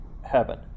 heaven